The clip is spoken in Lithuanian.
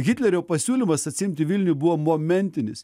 hitlerio pasiūlymas atsiimti vilnių buvo momentinis